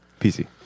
PC